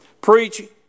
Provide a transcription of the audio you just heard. preach